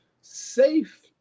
safe